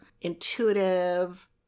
intuitive